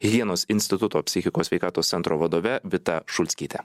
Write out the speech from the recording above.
higienos instituto psichikos sveikatos centro vadove vita šulskyte